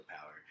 power